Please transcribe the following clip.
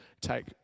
take